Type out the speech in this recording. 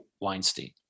Weinstein